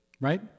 right